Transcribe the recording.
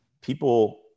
people